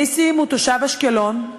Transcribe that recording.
נסים הוא תושב אשקלון,